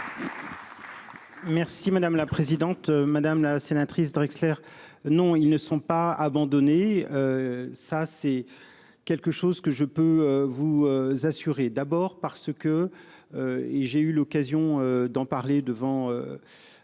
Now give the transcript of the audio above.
Merci madame la présidente, madame la sénatrice Draxler. Non ils ne sont pas abandonnés. Ça c'est quelque chose que je peux vous assurer d'abord parce que. Et j'ai eu l'occasion d'en parler devant.